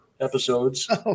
episodes